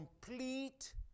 complete